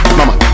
mama